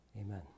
amen